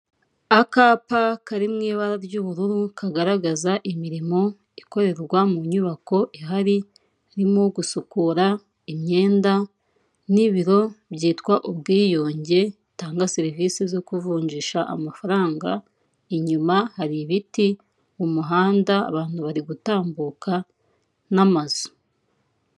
Akapa kari mu ibara ry'ubururu kagaragaza imirimo ikorerwa mu nyubako ihari, irimo gusukura imyenda n'ibiro byitwa ubwiyunge bitanga serivisi zo kuvunjisha amafaranga, inyuma hari ibiti, mu muhanda abantu bari gutambuka n'amazu.